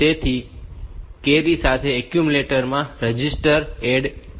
તેથી કેરી સાથે એક્યુમ્યુલેટર માં રજીસ્ટર એડ કરો